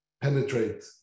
penetrate